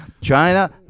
China